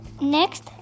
Next